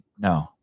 No